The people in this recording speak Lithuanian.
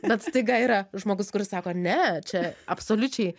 bet staiga yra žmogus kuris sako ne čia absoliučiai